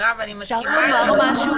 מירב, אני מסכימה איתך.